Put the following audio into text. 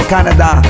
Canada